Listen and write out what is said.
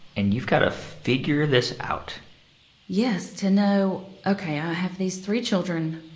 and you've got to figure this out yes, to know ok, i have these three children.